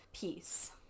peace